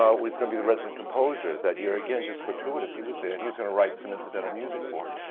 ah was going to be a resident composer that year again, just fortuitous, he was there and he was going to write some incidental music for it.